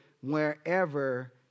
wherever